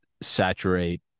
saturate